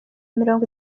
mirongo